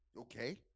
Okay